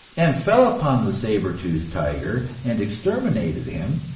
and fell upon the saber-toothed tiger and exterminated him,